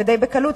ודי בקלות,